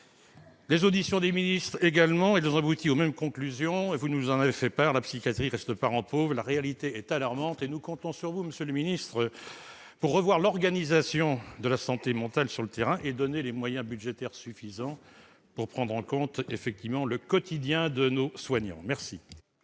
les auditions des ministres. Ils ont abouti aux mêmes conclusions, vous nous en avez fait part, la psychiatrie reste le parent pauvre du secteur de la santé. La réalité est alarmante. Nous comptons sur vous, monsieur le ministre, pour revoir l'organisation de la santé mentale sur le terrain et donner les moyens budgétaires suffisants pour prendre en compte le quotidien de nos soignants. La